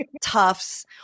tufts